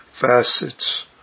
facets